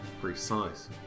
precise